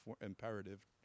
imperative